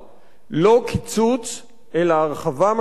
לא קיצוץ אלא הרחבה משמעותית